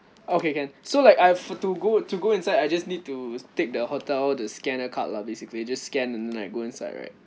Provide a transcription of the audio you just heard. okay can so like I have to go to go inside I just need to take the hotel the scanner card lah basically just scan and then I go inside right